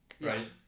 right